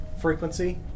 frequency